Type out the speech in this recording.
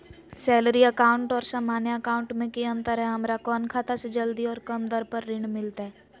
Salary account और सामान्य account मे की अंतर है हमरा कौन खाता से जल्दी और कम दर पर ऋण मिलतय?